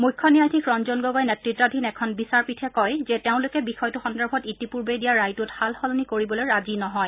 মুখ্য ন্যায়াধীশ ৰঞ্জন গগৈ নেতৃতাধীন এখন বিচাৰপীঠে কয় যে তেওঁলোকে বিষয়টো সন্দৰ্ভত ইতিপূৰ্বে দিয়া ৰায়টোত সাল সলনি কৰিবলৈ ৰাজী নহয়